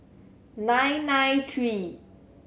nine nine three